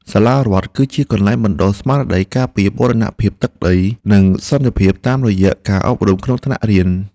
សាលារដ្ឋគឺជាកន្លែងបណ្តុះស្មារតីការពារបូរណភាពទឹកដីនិងសន្តិភាពតាមរយៈការអប់រំក្នុងថ្នាក់រៀន។